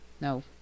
No